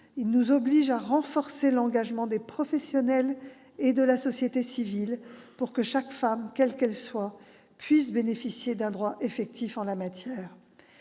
il nous oblige à renforcer l'engagement des professionnels et de la société civile, pour que chaque femme, quelle qu'elle soit, puisse bénéficier d'un droit effectif en la matière.